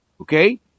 Okay